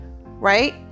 right